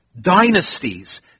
Dynasties